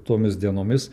tomis dienomis